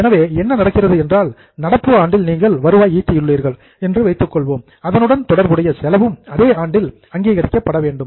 எனவே என்ன நடக்கிறது என்றால் நடப்பு ஆண்டில் நீங்கள் வருவாய் ஈட்டியுள்ளீர்கள் என்று வைத்துக்கொள்வோம் அதனுடன் தொடர்புடைய செலவும் அதே ஆண்டில் ரெக்ககன்ஐஸ்டு அங்கீகரிக்கப்பட வேண்டும்